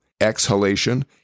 exhalation